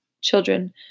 children